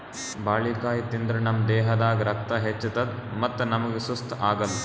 ಬಾಳಿಕಾಯಿ ತಿಂದ್ರ್ ನಮ್ ದೇಹದಾಗ್ ರಕ್ತ ಹೆಚ್ಚತದ್ ಮತ್ತ್ ನಮ್ಗ್ ಸುಸ್ತ್ ಆಗಲ್